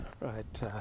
right